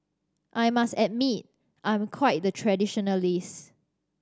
I must admit I'm quite the traditionalist